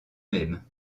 même